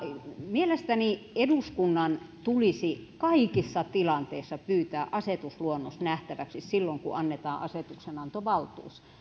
mielestäni eduskunnan tulisi kaikissa tilanteissa pyytää asetusluonnos nähtäväksi silloin kun annetaan asetuksenantovaltuus